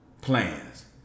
plans